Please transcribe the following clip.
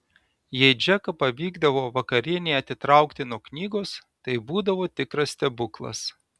jei džeką pavykdavo vakarienei atitraukti nuo knygos tai būdavo tikras stebuklas